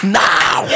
now